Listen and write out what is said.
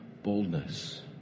boldness